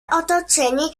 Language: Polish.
otoczeni